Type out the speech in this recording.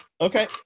Okay